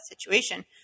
situation